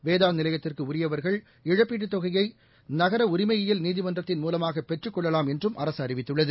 வேதாநிலையத்திற்குஉரியவர்கள் இழப்பீட்டுதொகையைநகரஉரிமையியல் நீதிமன்றத்தின் மூலமாகபெற்றுக் கொள்ளலாம் என்றும் அரசுஅறிவித்துள்ளது